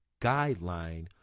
guideline